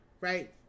Right